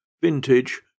Vintage